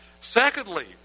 Secondly